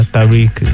Tariq